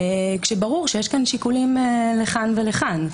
ברור שיש פה שיקולים לכאן ולכאן.